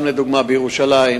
לדוגמה בירושלים,